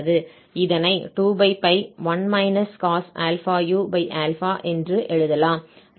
இதனை 2∝u என்று எழுதலாம்